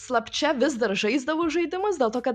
slapčia vis dar žaisdavau žaidimus dėl to kad